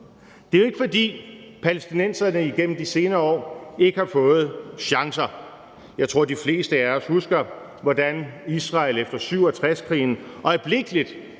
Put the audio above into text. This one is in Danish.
Det er ikke, fordi palæstinenserne igennem de senere år ikke har fået chancer. Jeg tror, de fleste af os husker, hvordan Israel efter 1967-krigen øjeblikkelig